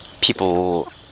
people